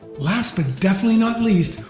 last but definitely not least,